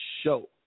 show